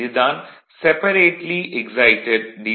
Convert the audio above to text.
இது தான் separately excited D